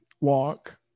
walk